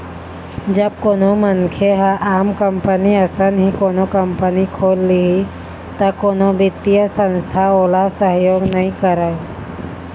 जब कोनो मनखे ह आम कंपनी असन ही कोनो कंपनी खोल लिही त कोनो बित्तीय संस्था ओला सहयोग नइ करय